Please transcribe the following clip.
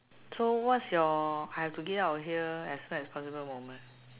so what's your I have to get out of here as soon as possible moment